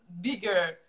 bigger